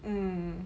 mm